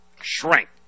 shrink